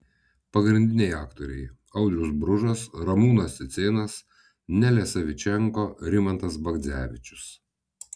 pagrindiniai aktoriai audrius bružas ramūnas cicėnas nelė savičenko rimantas bagdzevičius